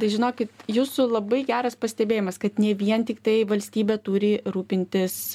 žinokit jūsų labai geras pastebėjimas kad ne vien tiktai valstybė turi rūpintis